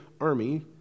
army